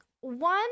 one